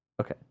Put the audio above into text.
Okay